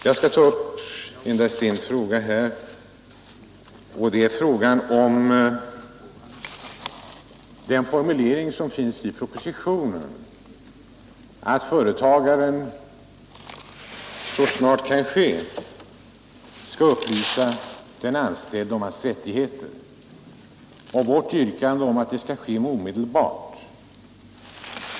Jag skall endast ta upp en fråga, nämligen formuleringen i propositionen att företagaren ”så snart det kan ske” skall upplysa den anställde om hans rättigheter. Vi har yrkat på att så skall ske omedelbart.